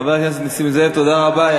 חבר הכנסת נסים זאב, תודה רבה.